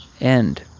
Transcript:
end